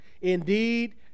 Indeed